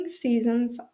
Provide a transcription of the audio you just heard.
seasons